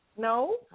No